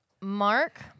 Mark